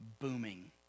booming